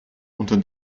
unter